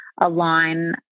align